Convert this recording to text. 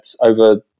over